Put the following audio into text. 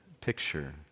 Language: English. picture